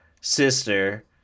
sister